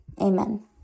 Amen